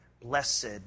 blessed